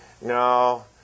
No